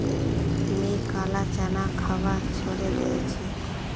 मी काला चना खवा छोड़े दिया छी